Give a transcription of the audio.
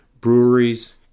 Breweries